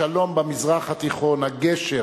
השלום במזרח התיכון, הגשר